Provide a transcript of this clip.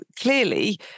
clearly